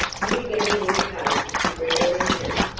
you get a new coat if you bring her in here.